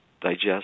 digest